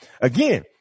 Again